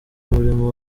umurimo